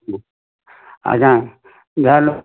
ଆଜ୍ଞା ଯାହା ହେଲେ